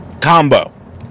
Combo